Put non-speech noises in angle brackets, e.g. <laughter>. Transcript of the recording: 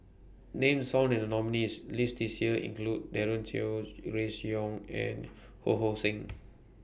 Names found in The nominees' list This Year include Daren Shiau Grace Young and Ho Hong Sing <noise>